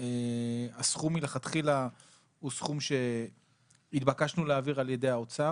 הסכום מלכתחילה הוא סכום שהתבקשנו להעביר על ידי האוצר.